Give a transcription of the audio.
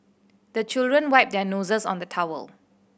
the children wipe their noses on the towel